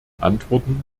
antworten